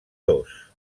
dos